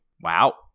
Wow